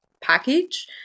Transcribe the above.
package